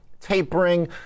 tapering